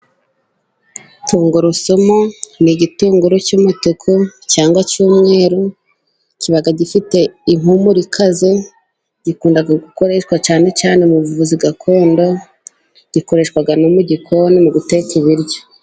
Tungurusumu ni igitunguru cy'umutuku cyangwa cy'umweru. Kiba gifite impumuro ikaze, gikunda gukoreshwa cyane cyane mu buvuzi gakondo, gikoreshwa no mu gikoni mu guteka ibiryo.